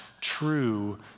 true